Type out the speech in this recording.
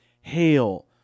hail